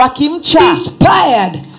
inspired